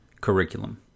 curriculum